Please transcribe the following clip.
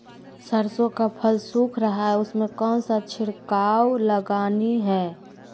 सरसो का फल सुख रहा है उसमें कौन सा छिड़काव लगानी है?